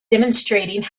demonstrating